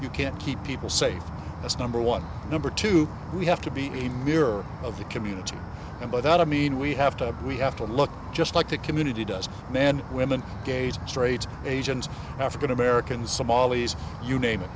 you can't keep people safe that's number one number two we have to be a mirror of the community and by that i mean we have to we have to look just like the community does man women gays and straights asians african americans somalis you name it